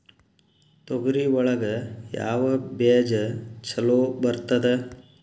ತೊಗರಿ ಒಳಗ ಯಾವ ಬೇಜ ಛಲೋ ಬರ್ತದ?